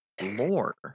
Lore